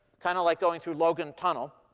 kind of like going through logan tunnel.